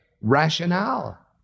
rationale